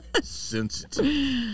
sensitive